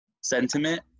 sentiment